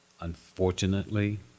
Unfortunately